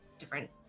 different